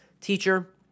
teacher